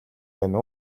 байна